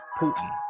Putin